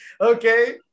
Okay